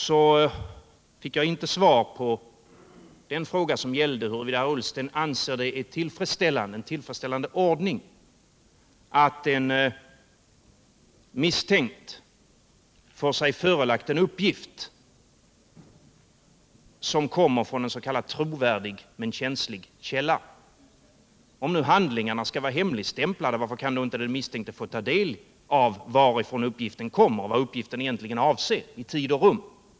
Sedan fick jag inte svar på den fråga som gällde huruvida herr Ullsten anser att det är en tillfredsställande ordning att en misstänkt får sig förelagd en uppgift som kommer från en s.k. trovärdig men hemlig källa. Om nu handlingarna skall vara hemligstämplade, varför kan då inte den misstänkte få ta del av varifrån uppgiften kommer och vad den egentligen avser i tid och rum?